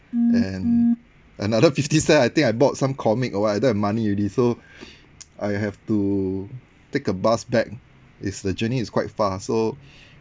and another fifty cent I think I bought some comic or what I don't have money already so I have to take a bus back it's the journey is quite far so